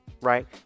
right